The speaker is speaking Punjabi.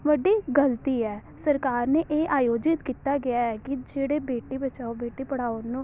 ਵੱਡੀ ਗਲਤੀ ਹੈ ਸਰਕਾਰ ਨੇ ਇਹ ਆਯੋਜਿਤ ਕੀਤਾ ਗਿਆ ਹੈ ਕਿ ਜਿਹੜੇ ਬੇਟੀ ਬਚਾਓ ਬੇਟੀ ਪੜਾਓ ਨੂੰ